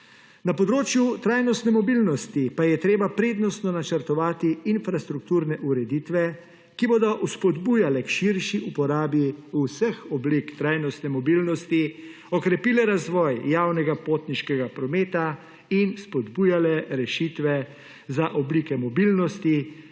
Na področju trajnostne mobilnosti pa je treba prednostno načrtovati infrastrukturne ureditve, ki bodo vzpodbujale k širši uporabi vseh oblik trajnostne mobilnosti, okrepile razvoj javnega potniškega prometa in spodbujale rešitve za oblike mobilnosti,